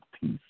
peace